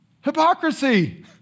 Hypocrisy